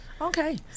okay